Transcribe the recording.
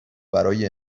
برای